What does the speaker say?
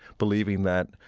believing that,